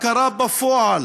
הכרה בפועל